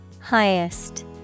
Highest